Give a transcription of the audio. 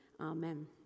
amen